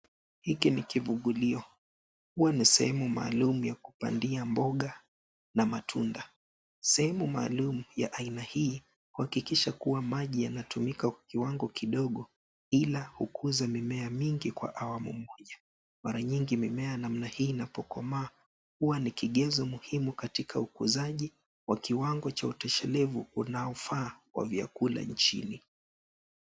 Hiki ni kivugulio huwa na sehemu maalum ya kupandia mboga na matunda. Sehemu maalum ya aina hii huhakikisha kuwa maji yametumika kwa kiwango kidogo ila kukuza mimea mingi kwa awamu moja. Mara nyingi mimea aina hii inapokomaa huwa ni kigezo muhimu katika ukuzaji wa kiwango cha utoshelevu unaofaa wa vyakula nchini.